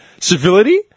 civility